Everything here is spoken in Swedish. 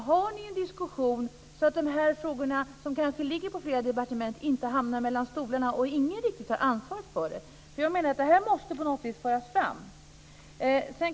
Har ni en diskussion som gör att de här frågorna, som kanske ligger under flera departement, inte hamnar mellan stolarna och ingen riktigt tar ansvar för dem? Jag menar att det här på något vis måste föras fram.